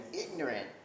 ignorant